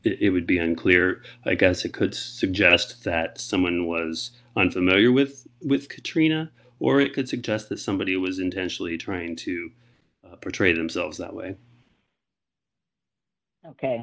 it would be unclear i guess it could suggest that someone was unfamiliar with with katrina or it could suggest that somebody was intentionally trying to portray themselves that way ok